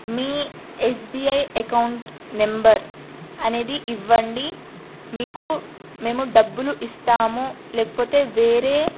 మీ S B account number అనేది ఇవ్వండి మీకు మేము డబ్బులు ఇస్తామ లేకపోతే వేరే